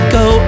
go